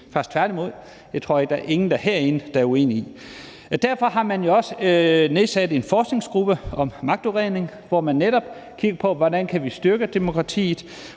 tværtimod. Det tror jeg ingen herinde er uenig i. Derfor har man jo også nedsat en forskningsgruppe om magtudredning, hvor man netop kigger på: Hvordan kan vi styrke demokratiet?